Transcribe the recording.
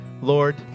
Lord